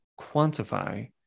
quantify